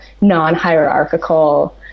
non-hierarchical